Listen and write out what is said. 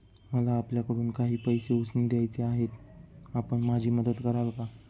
मला आपल्याकडून काही पैसे उसने घ्यायचे आहेत, आपण माझी मदत कराल का?